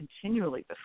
continually